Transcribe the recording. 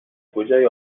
کجای